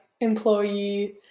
employee